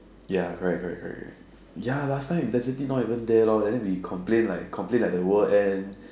ya correct correct correct correct ya last time intensity not even there lor and then we complain like complain like the world end